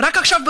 רק עכשיו,